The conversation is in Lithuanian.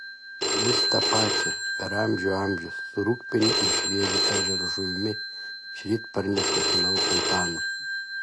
vis tą pačią per amžių amžius su rūgpieniu ir šviežia ežero žuvimi šįryt parnešta sūnaus antano